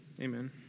Amen